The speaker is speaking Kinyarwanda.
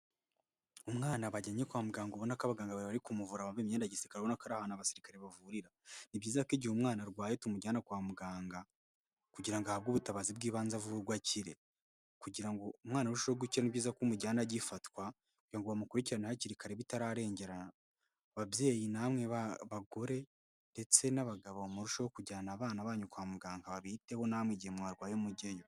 Umwana bajyanye kwa muganga ubona ko abaganga bawe kumuvura wambaye imyenda yagisikare ubona koari ahantu abasirikare bavurira. Ni byiza ko igihe umwana arwaye tumujyana kwa muganga kugira ngo ahabwe ubutabazi bw'ibanze avurwa hakirikare kugira ngo umwana arushe kugira ubuzima bwiza. Ni byiza ku mushyira umujyana agifatwa kugira ngo bamukurikirane hakiri kare, bitararengera. Ababyeyi namwe bagore ndetse n'abagabo mururushaho kujyana abana banyu kwa muganga babiteho namwe igihe mu mwarwaye umubyeyi.